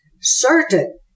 certain